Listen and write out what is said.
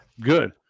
good